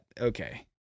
okay